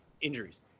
injuries